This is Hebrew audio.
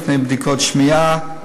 לפני בדיקות שמיעה,